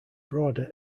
broader